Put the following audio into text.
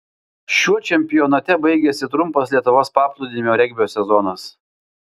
šiuo čempionate baigėsi trumpas lietuvos paplūdimio regbio sezonas